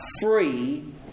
free